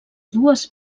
dues